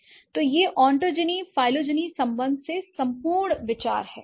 तो यह ontogeny phylogeny संबंध से संपूर्ण विचार है